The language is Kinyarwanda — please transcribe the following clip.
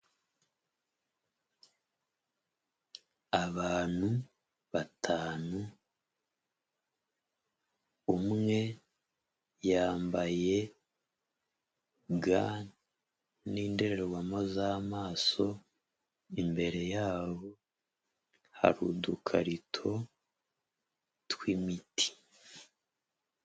Abantu batanu, umwe yambaye ga n'indorerwamo z'amaso, imbere yabo hari udukarito tw'imiti.